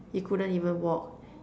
it couldn't even walk